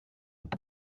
zehar